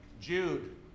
Jude